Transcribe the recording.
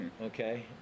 okay